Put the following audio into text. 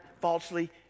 falsely